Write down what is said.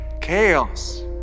Chaos